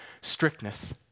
strictness